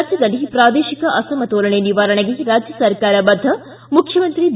ರಾಜ್ಯದಲ್ಲಿ ಪ್ರಾದೇಶಿಕ ಅಸಮತೋಲನೆ ನಿವಾರಣೆಗೆ ರಾಜ್ಯ ಸರ್ಕಾರ ಬದ್ದ ಮುಖ್ಯಮಂತ್ರಿ ಬಿ